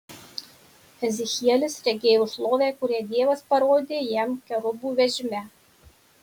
ezechielis regėjo šlovę kurią dievas parodė jam kerubų vežime